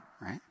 right